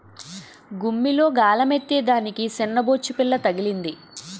గుమ్మిలో గాలమేత్తే దానికి సిన్నబొచ్చుపిల్ల తగిలింది